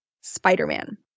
Spider-Man